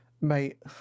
mate